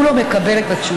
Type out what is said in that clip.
הוא לא מקבל את התשובה.